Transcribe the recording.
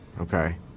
Okay